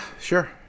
sure